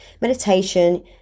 meditation